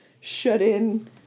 shut-in